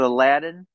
Aladdin